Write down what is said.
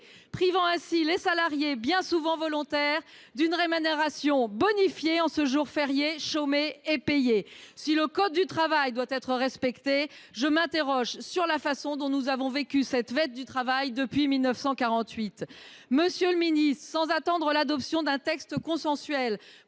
privant ainsi les salariés, bien souvent volontaires, d'une rémunération bonifiée en ce jour férié, chômé et payé. Si le Code du Travail doit être respecté, je m'interroge sur la façon dont nous avons vécu cette vête du travail depuis 1948. Monsieur le ministre, sans attendre l'adoption d'un texte consensuel